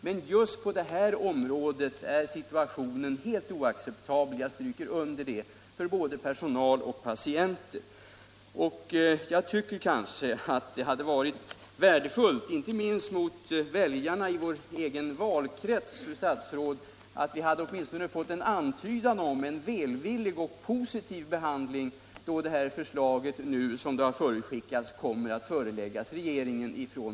Men just på detta område är situationen helt oacceptabel Jag tycker att det hade varit värdefullt inte minst för väljarna i vår egen gemensamma valkrets, fru statsråd, om vi åtminstone hade fått en antydan om en välvillig och positiv behandling av det förslag som brinn RR RE byggnadskommittén nu, som det har förutskickats, kommer att förelägga — Om tillämpningen regeringen.